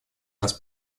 нас